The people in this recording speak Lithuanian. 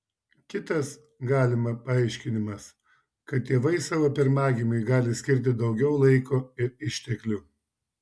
kitas galima paaiškinimas kad tėvai savo pirmagimiui gali skirti daugiau laiko ir išteklių